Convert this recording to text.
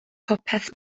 bopeth